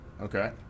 okay